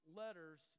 letters